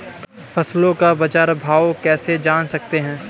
फसलों का बाज़ार भाव कैसे जान सकते हैं?